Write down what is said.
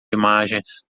imagens